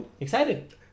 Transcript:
Excited